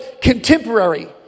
contemporary